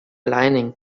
lining